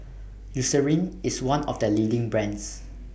Eucerin IS one of The leading brands